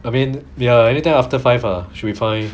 I mean ya anytime after five or should be fine